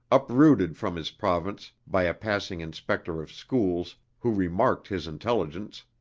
uprooted from his province by a passing inspector of schools who remarked his intelligence,